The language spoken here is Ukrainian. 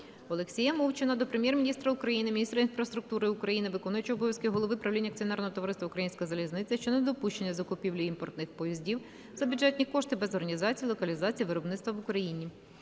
Олексія Мовчана до Прем'єр-міністра України, міністра інфраструктури України, виконуючого обов'язки голови правління Акціонерного товариства "Українська залізниця" щодо недопущення закупівлі імпортних поїздів за бюджетні кошти без організації локалізації виробництва в Україні.